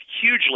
hugely